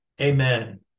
Amen